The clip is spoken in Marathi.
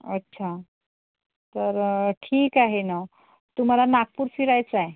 अच्छा तर ठीक आहे न तुम्हाला नागपूर फिरायचं आहे